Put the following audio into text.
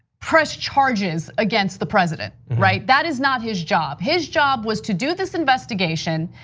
press charges against the president, right? that is not his job, his job was to do this investigation,